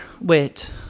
wait